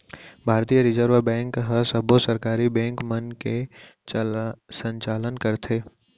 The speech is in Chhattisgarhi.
भारतीय रिजर्व बेंक ह सबो सहकारी बेंक मन के संचालन करथे